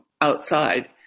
outside